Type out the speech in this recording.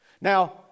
Now